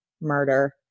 murder